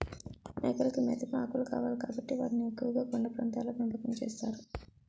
మేకలకి మేతగా ఆకులు కావాలి కాబట్టి వాటిని ఎక్కువుగా కొండ ప్రాంతాల్లో పెంపకం చేస్తారు